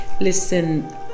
Listen